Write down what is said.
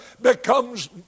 becomes